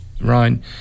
Ryan